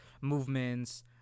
movements